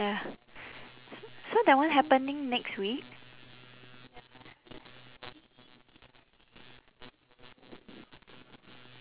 ya s~ so that one happening next week